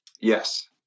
Yes